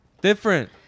Different